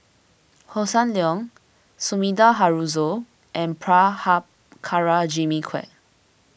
Hossan Leong Sumida Haruzo and Prabhakara Jimmy Quek